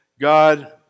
God